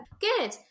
Good